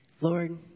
Lord